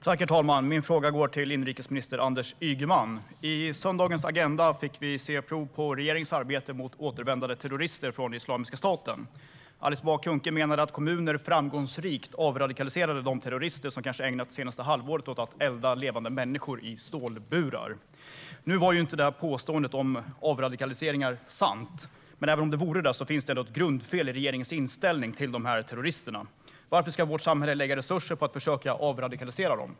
Herr talman! Min fråga går till inrikesminister Anders Ygeman. I söndagens Agenda fick vi se prov på regeringens arbete med återvändande terrorister från Islamiska staten. Alice Bah Kuhnke menade att kommuner framgångsrikt har avradikaliserat terrorister som kanske ägnat det senaste halvåret åt att elda levande människor i stålburar. Nu var ju inte påståendet om avradikaliseringar sant, men även om det vore det finns det ett grundfel i regeringens inställning till dessa terrorister. Varför ska vårt samhälle lägga resurser på att försöka avradikalisera dem?